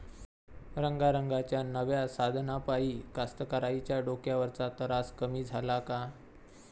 रंगारंगाच्या नव्या साधनाइपाई कास्तकाराइच्या डोक्यावरचा तरास कमी झाला का?